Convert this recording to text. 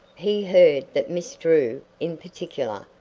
he heard that miss drew, in particular,